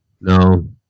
No